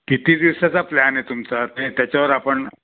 किती दिवसाचा प्लॅन आहे तुमचा ते त्याच्यावर आपण